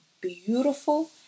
beautiful